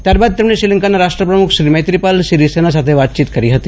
ત્યારબાદ તેમણે શ્રીલંકા રાષ્ટ્રપ્રમુખ મૈત્રી પાલ સિરીસેના સાથે વાતચીત કરી હતી